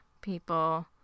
people